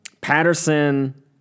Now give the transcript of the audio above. Patterson